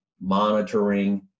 monitoring